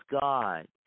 God